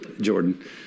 Jordan